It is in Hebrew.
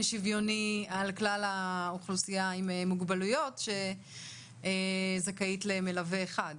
שוויוני על כלל האוכלוסייה עם מוגבלויות שזכאית למלווה אחד.